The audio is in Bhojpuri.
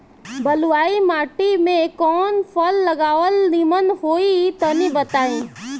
बलुई माटी में कउन फल लगावल निमन होई तनि बताई?